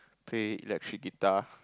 play electric guitar